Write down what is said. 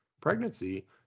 pregnancy